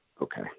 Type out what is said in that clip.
Okay